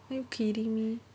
are you kidding me